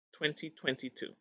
2022